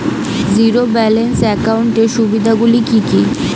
Zero balance একাউন্টের সুবিধা গুলি কি কি?